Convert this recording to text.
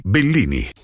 Bellini